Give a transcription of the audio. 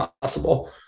possible